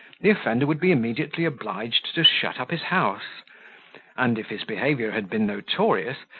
the offender would be immediately obliged to shut up his house and, if his behaviour had been notorious,